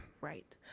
Right